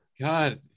God